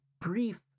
brief